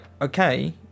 Okay